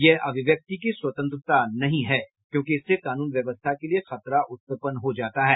यह अभिव्यक्ति की स्वतंत्रता नहीं है क्योंकि इससे कानून व्यवस्था के लिये खतरा उत्पन्न हो जाता है